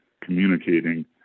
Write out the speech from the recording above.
communicating